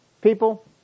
people